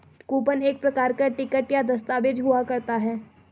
coupon एक प्रकार का टिकट या दस्ताबेज हुआ करता है